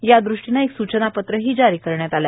यादृष्टीनं एक सूचनापत्रही जारी करण्यात आलं आहे